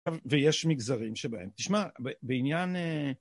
ויש מגזרים שבהם, תשמע בעניין